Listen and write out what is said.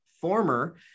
former